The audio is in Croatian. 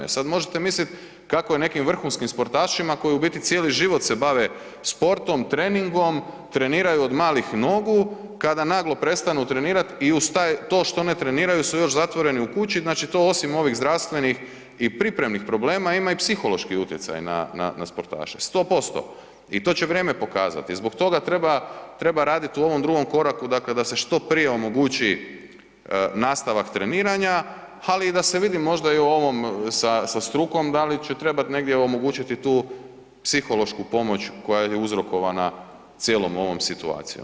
Sad možete mislit kako je nekim vrhunskim sportašima koji u biti cijeli život se bave sportom, treningom, treniraju od malih nogu, kada naglo prestanu trenirat i uz taj, to što oni treniraju su još zatvoreni u kući, znači to osim ovih zdravstvenih i pripremnih problema ima i psihološki utjecaj na, na, na sportaše 100% i to će vrijeme pokazati i zbog toga treba, treba radit u ovom drugom koraku, dakle da se što prije omogući nastavak tretiranja, ali i da se vidi možda i u ovom sa, sa strukom da li će trebat negdje omogućiti tu psihološku pomoć koja je uzrokovana cijelom ovom situacijom.